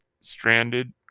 stranded